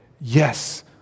yes